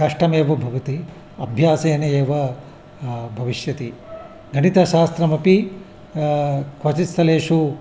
कष्टमेव भवति अभ्यासेन एव भविष्यति गणितशास्त्रमपि क्वचिद् स्थलेषु